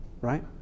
Right